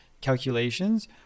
calculations